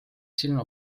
silma